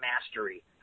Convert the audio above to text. mastery